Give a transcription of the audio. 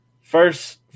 first